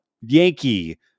Yankee